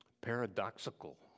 paradoxical